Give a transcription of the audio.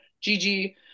Gigi